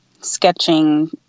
sketching